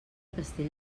castell